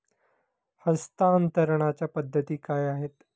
हस्तांतरणाच्या पद्धती काय आहेत?